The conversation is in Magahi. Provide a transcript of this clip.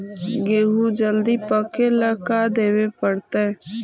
गेहूं जल्दी पके ल का देबे पड़तै?